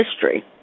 history